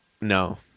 No